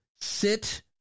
SIT